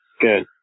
Good